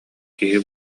киһи